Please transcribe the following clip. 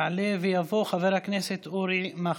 יעלה ויבוא חבר הכנסת אורי מקלב.